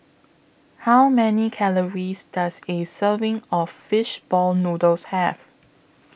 How Many Calories Does A Serving of Fish Ball Noodles Have